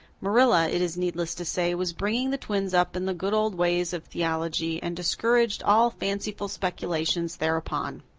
marilla, it is needless to say, was bringing the twins up in the good old ways of theology and discouraged all fanciful speculations thereupon.